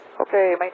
Okay